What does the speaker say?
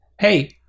Hey